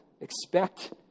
expect